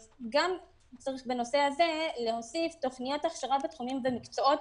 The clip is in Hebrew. צריך להוסיף תכניות הכשרה בתחומים ומקצועות